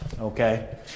Okay